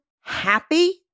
happy